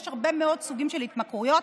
יש הרבה מאוד סוגים של התמכרויות.